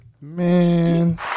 Man